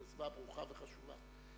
יוזמה ברוכה וחשובה.